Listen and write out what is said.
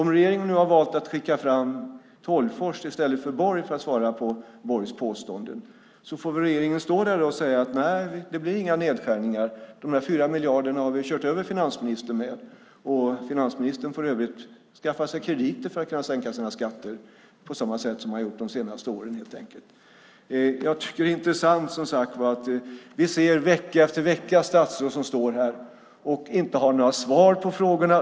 Om regeringen nu har valt att skicka fram Tolgfors i stället för Borg för att svara på Borgs påstående får väl regeringen stå där och säga att nej, det blir inga nedskärningar. När det gäller de där 4 miljarderna har vi kört över finansministern, och finansministern får för övrigt skaffa sig krediter för att kunna sänka sina skatter på samma sätt som han har gjort de senaste åren. Jag tycker som sagt var att det är intressant att vi vecka efter vecka ser statsråd stå här utan svar på frågorna.